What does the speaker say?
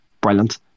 Brilliant